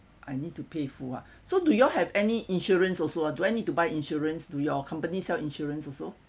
I need to pay full ah so do you all have any insurance also ah do I need to buy insurance do your company sell insurance also